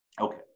okay